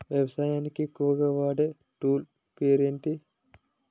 వ్యవసాయానికి ఎక్కువుగా వాడే టూల్ పేరు ఏంటి?